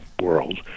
world